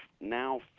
now